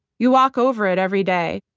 you walk over it every day,